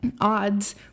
odds